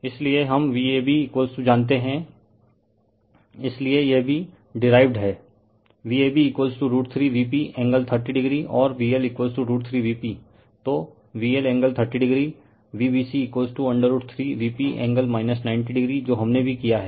refer slide time 0311 इसलिए हम Vab जानते हैं इसलिए यह भी डीराइवड है Vab√3 Vp एंगल 30o और VL √3 Vp तो VL एंगल 30oVbc √3 Vpएंगल 90o जो हमने भी किया हैं